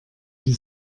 die